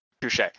Touche